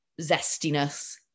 zestiness